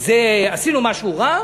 אז אני אחראי